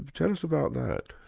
ah tell us about that.